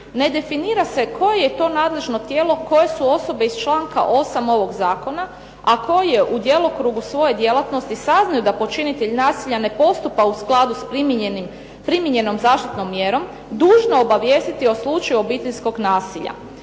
ne definira se koje je to nadležno tijelo koje su osobe iz članka 8. ovog Zakona a koje u djelokrugu svoje djelatnosti saznaju da počinitelj nasilja ne postupa u skladu s primijenjenom zaštitnom mjerom dužne obavijestiti u slučaju obiteljskog nasilja.